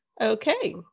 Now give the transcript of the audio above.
Okay